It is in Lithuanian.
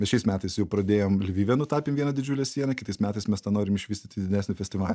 bet šiais metais jau pradėjom lvive nutapėm vieną didžiulę sieną kitais metais mes tą norim išvystyt į didesnį festivalį